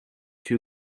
too